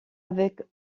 avec